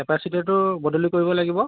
কেপাচিটেৰটো বদলি কৰিব লাগিব